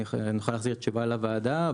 אני יכול להחזיר תשובה לוועדה.